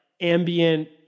ambient